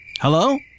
Hello